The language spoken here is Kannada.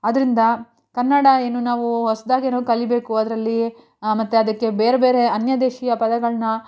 ಅದರಿಂದ ಕನ್ನಡ ಏನು ನಾವು ಹೊಸದಾಗೇನೋ ಕಲಿಬೇಕು ಅದರಲ್ಲಿ ಮತ್ತು ಅದಕ್ಕೆ ಬೇರೆಬೇರೆ ಅನ್ಯದೇಶೀಯ ಪದಗಳನ್ನ